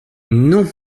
non